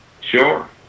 Sure